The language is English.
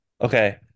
Okay